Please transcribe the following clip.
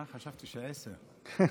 חשבתי שעשר.